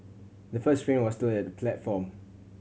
the first train was still at the platform